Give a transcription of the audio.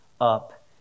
up